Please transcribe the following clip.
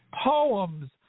Poems